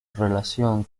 relación